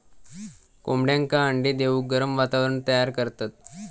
कोंबड्यांका अंडे देऊक गरम वातावरण तयार करतत